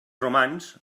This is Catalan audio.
romans